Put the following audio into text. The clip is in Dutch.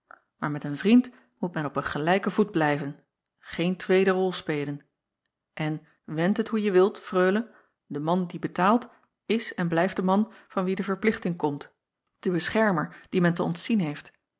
maar met een vriend moet men op een gelijken voet blijven geen tweede rol spelen en wend het hoe je wilt reule de man die betaalt is en blijft de man van wien de verplichting komt de beschermer dien men te ontzien heeft